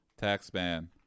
Taxman